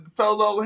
fellow